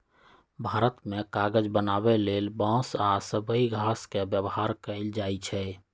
भारत मे कागज बनाबे लेल बांस आ सबइ घास के व्यवहार कएल जाइछइ